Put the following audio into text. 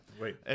Wait